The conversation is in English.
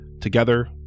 Together